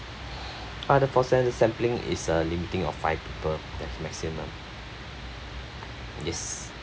uh the for sa~ the sampling is a limiting of five people that's maximum yes